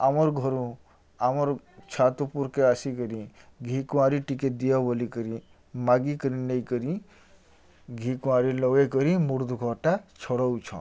ଆମର୍ ଘରୁ ଆମର୍ ଛାତ୍ ଉପର୍କେ ଆସିକରି ଘିକୁଆଁରି ଟିକେ ଦିଅ ବୋଲି କରି ମାଗିକରି ନେଇକରି ଘିକୁଆଁରରି ଲଗେଇକରି ମୁଡ଼୍ ଦୁଖାବାର୍ଟା ଛଡ଼ଉଛନ୍